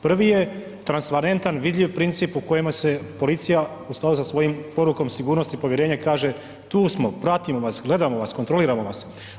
Prvi je transparentan, vidljiv principu u kojemu se policija u skladu sa svojom porukom sigurnosti i povjerenja kaže tu smo, pratimo vas, gledamo vas, kontroliramo vas.